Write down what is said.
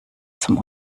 zum